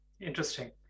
interesting